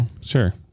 sure